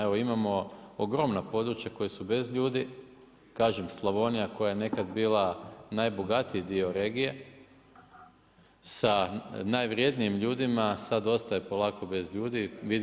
Evo imamo ogromna područja koja su bez ljudi, kažem Slavonija koja je nekad bila najbogatiji dio regije sa najvrjednijim ljudima, sada ostaje polako bez ljudi.